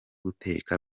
guteka